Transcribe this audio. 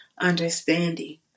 understanding